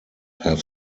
have